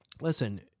listen